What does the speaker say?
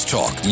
Talk